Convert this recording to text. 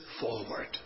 forward